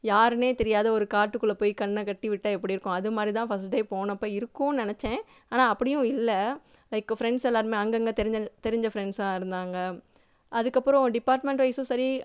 யாருன்னே தெரியாத ஒரு காட்டுக்குள்ளே போய் கண்ணைக் கட்டிவிட்டால் எப்படி இருக்கும் அதுமாதிரிதான் ஃபர்ஸ்ட் டே போனப்போ இருக்கும்ன்னு நினச்சேன் ஆனால் அப்படியும் இல்லை லைக் ஃப்ரண்ட்ஸ் எல்லோருமே அங்கங்கே தெரிஞ்ச தெரிஞ்ச ஃப்ரண்ட்ஸாக இருந்தாங்க அதுக்கப்புறம் டிபார்ட்மெண்ட்வைஸும் சரி